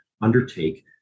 undertake